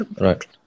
right